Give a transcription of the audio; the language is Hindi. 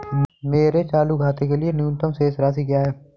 मेरे चालू खाते के लिए न्यूनतम शेष राशि क्या है?